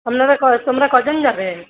আপনারা তোমরা কজন যাবে